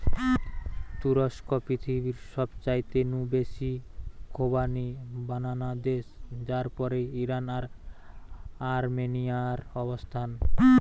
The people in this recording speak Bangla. তুরস্ক পৃথিবীর সবচাইতে নু বেশি খোবানি বানানা দেশ যার পরেই ইরান আর আর্মেনিয়ার অবস্থান